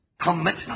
commitment